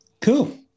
Cool